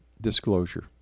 disclosure